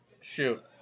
Shoot